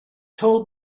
told